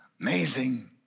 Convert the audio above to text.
Amazing